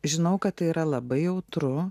žinau kad tai yra labai jautru